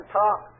talk